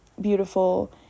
beautiful